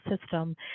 system